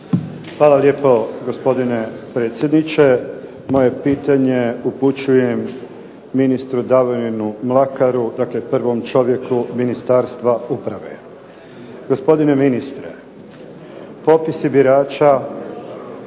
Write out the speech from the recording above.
Hvala lijepo gospodine predsjedniče. Moje pitanje upućujem ministru Davorinu Mlakaru, dakle prvom čovjeku Ministarstva uprave. Gospodine ministre, popisi birača